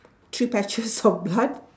three patches of blood